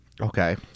Okay